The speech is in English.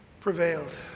prevailed